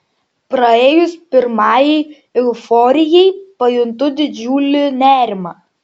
praėjus pirmajai euforijai pajuntu didžiulį nerimą